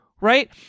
right